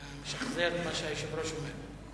אתה משחזר את מה שהיושב-ראש אומר.